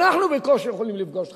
אנחנו בקושי יכולים לפגוש אותך.